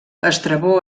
estrabó